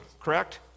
correct